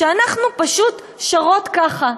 שאנחנו פשוט שרות ככה: